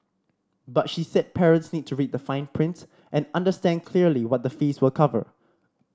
but she said parents need to read the fine print and understand clearly what the fees will cover